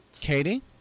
Katie